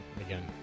Again